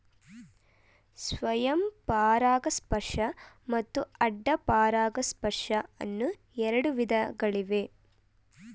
ಸ್ವಯಂ ಪರಾಗಸ್ಪರ್ಶ ಮತ್ತು ಅಡ್ಡ ಪರಾಗಸ್ಪರ್ಶ ಅನ್ನೂ ಎರಡು ವಿಧಗಳಿವೆ